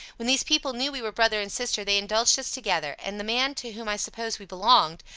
when these people knew we were brother and sister they indulged us together and the man, to whom i supposed we belonged,